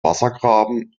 wassergraben